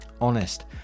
honest